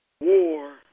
War